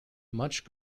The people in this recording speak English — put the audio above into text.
much